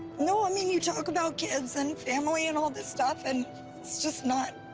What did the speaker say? no i mean you talk about kids, and family, and all this stuff, and it's just not,